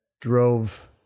drove